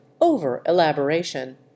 over-elaboration